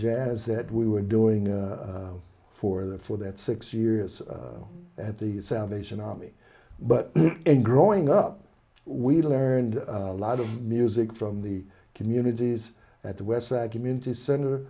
jazz that we were doing for the for that six years at the salvation army but in growing up we learned a lot of music from the communities at the westside community